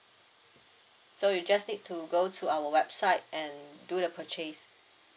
so you just need to go to our website and do the purchase